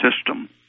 system